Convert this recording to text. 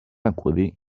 acudir